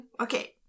Okay